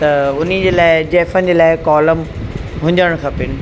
त उन जे लाइ ज़ाइफ़नि जे लाइ कॉलम हुजणु खपे